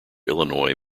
illinois